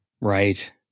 Right